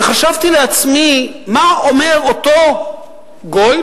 וחשבתי לעצמי: מה אומר אותו גוי?